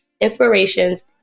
inspirations